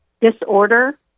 disorder